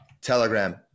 Telegram